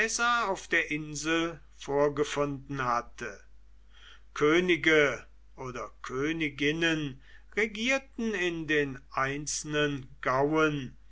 auf der insel vorgefunden hatte könige oder königinnen regierten in den einzelnen gauen